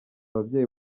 ababyeyi